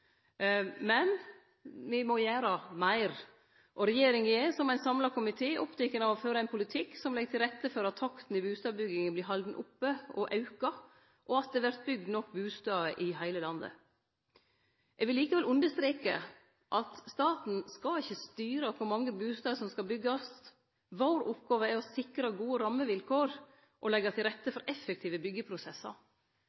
men me må gjere meir. Regjeringa er, som ein samla komité, oppteken av å føre ein politikk som legg til rette for at takten i bustadbygginga vert halden oppe og auka, og at det vert bygd nok bustader i heile landet. Eg vil likevel understreke at staten ikkje skal styre kor mange bustader som skal byggjast. Vår oppgåve er å sikre gode rammevilkår og leggje til rette